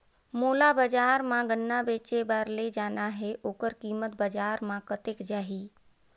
मोला बजार मां गन्ना बेचे बार ले जाना हे ओकर कीमत बजार मां कतेक जाही?